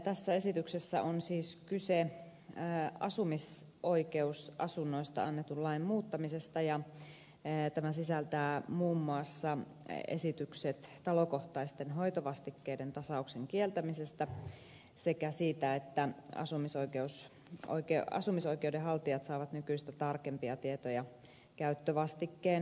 tässä esityksessä on siis kyse asumisoikeusasunnoista annetun lain muuttamisesta ja tämä sisältää muun muassa esitykset talokohtaisten hoitovastikkeiden tasauksen kieltämisestä sekä siitä että asumisoikeuden haltijat saavat nykyistä tarkempia tietoja käyttövastikkeen määräytymisestä